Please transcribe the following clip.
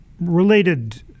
related